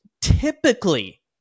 typically